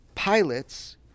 Pilots